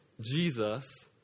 Jesus